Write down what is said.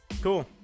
cool